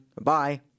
Bye